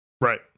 Right